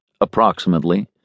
approximately